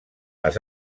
les